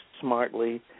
smartly